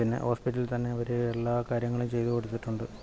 പിന്നെ ഹോസ്പിറ്റലിൽ തന്നെ അവർ എല്ലാ കാര്യങ്ങളും ചെയ്തു കൊടുത്തിട്ട് ഉണ്ട്